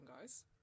guys